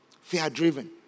Fear-driven